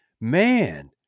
man